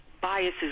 biases